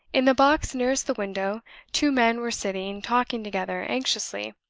in the box nearest the window two men were sitting talking together anxiously.